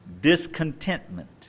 discontentment